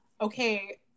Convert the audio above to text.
okay